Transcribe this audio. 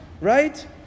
right